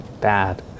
bad